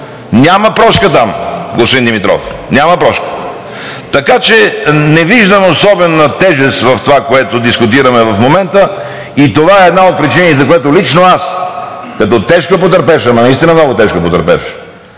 Няма прошка там, господин Димитров, няма прошка. Така че не виждам особена тежест в това, което дискутираме в момента, и това е една от причините, заради която лично аз като тежко потърпевш, ама наистина много тежко потърпевш